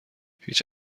هیچ